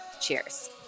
cheers